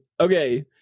okay